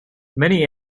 many